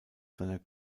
seiner